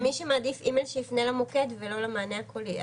מי שמעדיף אימייל שיפנה למוקד ולא למענה הקולי.